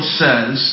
says